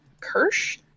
Kirsch